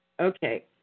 Okay